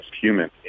human